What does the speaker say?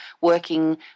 working